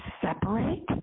separate